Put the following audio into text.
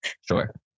Sure